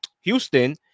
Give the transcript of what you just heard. Houston